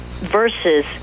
versus